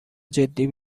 جدی